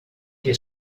que